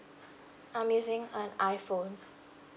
I'm using an I phone